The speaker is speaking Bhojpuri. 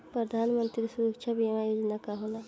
प्रधानमंत्री सुरक्षा बीमा योजना का होला?